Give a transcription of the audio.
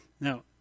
Now